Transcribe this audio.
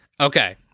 Okay